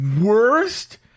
worst